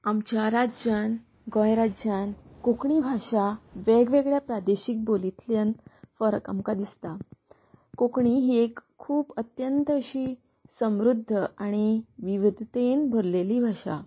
आमच्या राज्यान गोंय राज्यान कोंकणी भाशा वेगवेगळ्या प्रादेशीक बोलींतल्यान फरक आमकां दिसता कोंकणी ही एक खूब अत्यंत अशी समृद्ध आनी विविधतेन भरलेली भाशा